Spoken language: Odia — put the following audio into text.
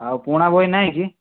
ଆଉ ପୁରୁଣା ବହି ନାହିଁ କି